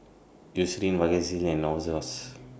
Eucerin Vagisil and Novosource